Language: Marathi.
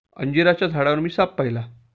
अंजिराच्या झाडावर मी साप पाहिला